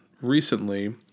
recently